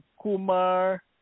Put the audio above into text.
Kumar